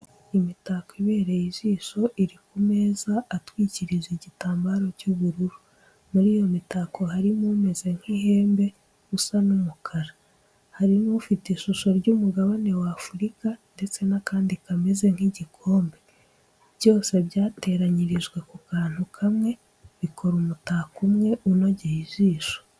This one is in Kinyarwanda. Imitako ibereye ijisho iri ku meza atwikirijwe igitambaro cy'ubururu, muri iyo mitako harimo umeze nk'ihembe usa n'umukara, hari n'ufite ishusho y'umugabane w'Afurika ndetse n'akandi kameze nk'igikombe, byose byateranyirijwe ku kantu kamwe, bikora umutako umwe unogeye ijisho.